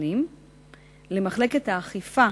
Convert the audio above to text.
למחלקת האכיפה